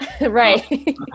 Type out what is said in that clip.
Right